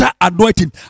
anointing